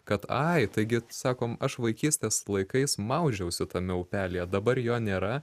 kad ai taigi sakom aš vaikystės laikais maudžiausi tame upelyje dabar jo nėra